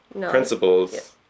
principles